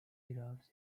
graphs